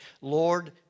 Lord